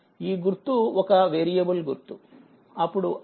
ఈ గుర్తు ఒక వేరియబుల్ గుర్తు